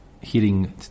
heating